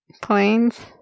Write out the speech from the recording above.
Planes